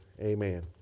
Amen